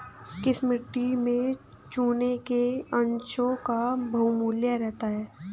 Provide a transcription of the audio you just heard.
किस मिट्टी में चूने के अंशों का बाहुल्य रहता है?